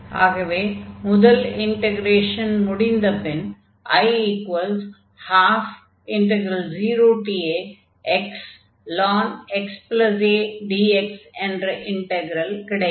ஆகவே முதல் இன்டக்ரேஷன் முடிந்தப் பின் I120axln⁡xadx என்ற இன்டக்ரல் கிடைக்கும்